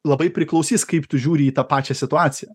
labai priklausys kaip tu žiūri į tą pačią situaciją